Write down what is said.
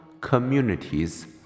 communities